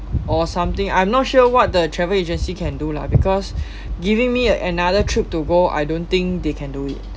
or something I'm not sure what the travel agency can do lah because giving me another trip to go I don't think they can do it